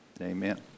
amen